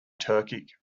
turkic